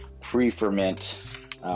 pre-ferment